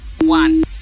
one